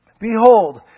Behold